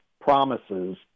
promises